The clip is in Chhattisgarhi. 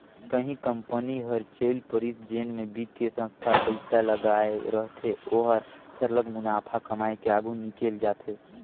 कहीं कंपनी हर चइल परिस जेन म बित्तीय संस्था पइसा लगाए रहथे ओहर सरलग मुनाफा कमाए के आघु निकेल जाथे